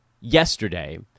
yesterday